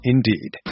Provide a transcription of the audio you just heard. Indeed